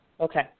Okay